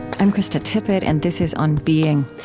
i'm krista tippett, and this is on being.